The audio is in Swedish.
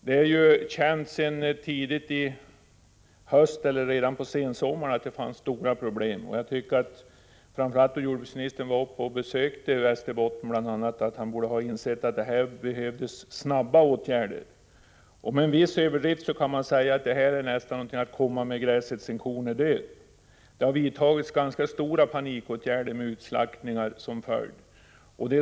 Det är känt sedan tidigt på hösten eller redan från sensommaren att det finns stora problem, och jag tycker att jordbruksministern — framför allt när han besökte Västerbotten — borde ha insett att här behövdes snabba åtgärder. Med en viss överdrift kan man säga att detta nästan är att komma med gräset när kon är död. Det har vidtagits ganska omfattande panikåtgärder med utslaktningar som följd.